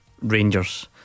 Rangers